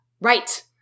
Right